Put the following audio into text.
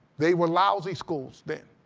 they were lousy schools then.